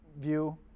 view